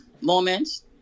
moments